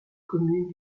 communes